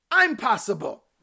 impossible